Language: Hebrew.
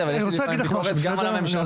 אבל יש לי לפעמים ביקורת גם על הממשלה.